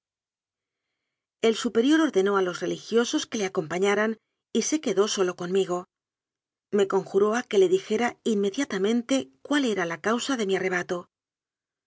el superior ordenó a los religiosos que le acom pañaran y se quedó solo conmigo me conjuró a que le dijera inmediatamente cuál era la causa de mi arrebato